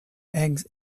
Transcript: eggs